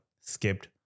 skipped